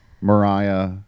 Mariah